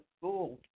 school